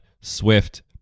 Swift